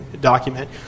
document